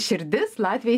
širdis latviai